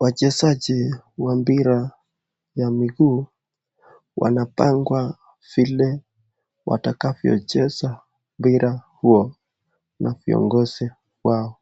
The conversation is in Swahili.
Wachezaji wa mpira ya miguu wanapangwa vile watakavyo cheza mpira huo na viongozi wao